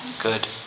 Good